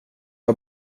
har